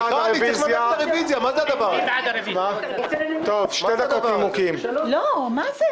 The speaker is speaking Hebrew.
היה דיון אחד בנושא החסינות, לא היה דיון על מהות